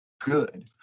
good